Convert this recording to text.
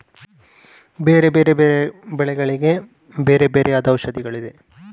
ತರಕಾರಿ ಬೆಳೆಗಳಿಗೆ ಬಳಸಬಹುದಾದ ಕೀಟನಾಶಕಗಳು ಯಾವುವು?